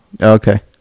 Okay